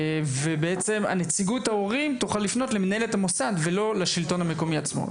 ובעצם נציגות ההורים תוכל לפנות למנהלת המוסד ולא לשלטון המקומי עצמו.